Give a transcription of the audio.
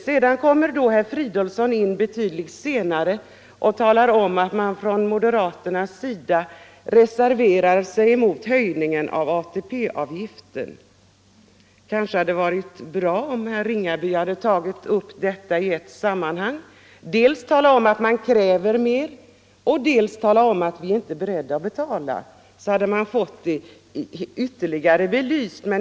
Sedan kom då herr Fridolfsson in betydligt senare och talade om att moderaterna reserverar sig mot höjningen av ATP-avgiften. Det kanske hade varit bra om herr Ringaby hade tagit upp detta i ett sammanhang och talat om dels att man kräver mer, dels att man inte är beredd att betala. På det sättet hade vi fått frågorna allsidigt belysta.